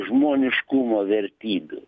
žmoniškumo vertybių